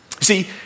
See